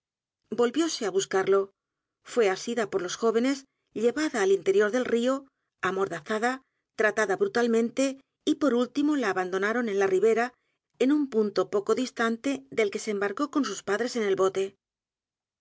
r l o fué asida por los jóvenes llevada al interior del río amordazada tratada brutalmente y p o r ú l t i m o l a abandonaron en la ribera en un punto poco distante del en que se embarcó con sus padres en el bote